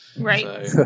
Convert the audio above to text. Right